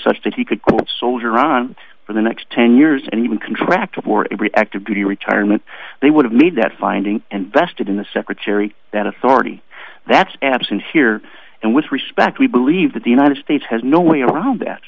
such that he could soldier on for the next ten years and even contract for a very active duty retirement they would have made that finding and vested in the secretary that authority that's absent here and with respect we believe that the united states has no way around that